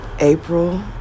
April